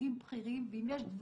רק עכשיו,